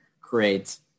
creates